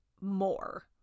more